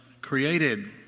created